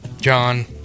John